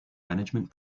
management